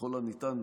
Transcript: ככל הניתן,